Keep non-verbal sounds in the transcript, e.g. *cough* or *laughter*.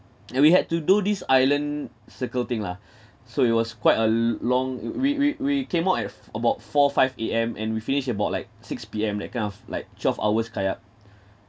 and we had to do this island circle thing lah *breath* so it was quite a long we we we came out at about four five A_M and we finished about like six P_M that kind of like twelve hours kayak *breath*